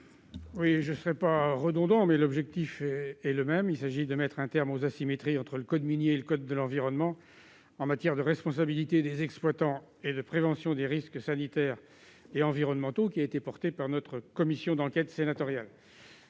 1730. Je ne veux pas être redondant, l'objet est le même, il s'agit de mettre un terme aux asymétries existant entre le code minier et le code de l'environnement, en matière de responsabilité des exploitants et de prévention des risques sanitaires et environnementaux, conformément à ce qui a été promu par notre commission d'enquête sénatoriale.